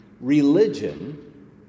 religion